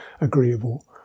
Agreeable